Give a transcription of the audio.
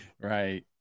Right